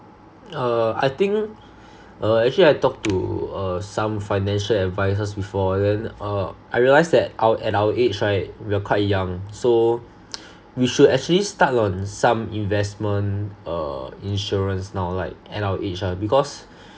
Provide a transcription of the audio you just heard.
uh I think uh actually I talk to uh some financial advisers before then uh I realised that our at our age right we are quite young so we should actually start on some investment uh insurance now like at our age lah because